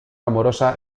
amorosa